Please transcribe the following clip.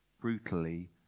brutally